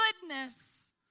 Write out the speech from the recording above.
goodness